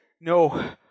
No